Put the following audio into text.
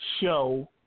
show